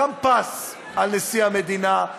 שם פס על נשיא המדינה,